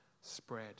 spread